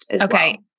Okay